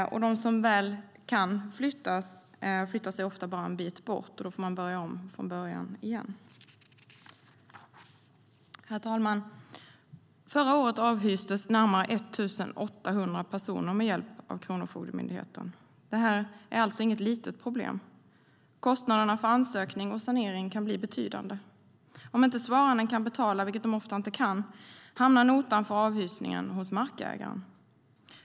De som kan flyttas flyttar sig ofta bara en bit bort, och då får man börja om från början igen. Herr talman! Förra året avhystes närmare 1 800 personer med hjälp av Kronofogdemyndigheten. Det är alltså inget litet problem. Kostnaderna för ansökning och sanering kan bli betydande. Om svaranden inte kan betala, vilket de ofta inte kan, hamnar notan för avhysningen hos markägaren.